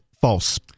false